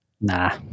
Nah